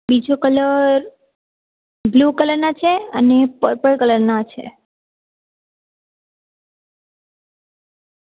બીજો colour blue કલરના છે અને પર્પલ કલરના છે